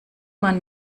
man